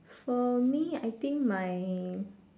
for me I think my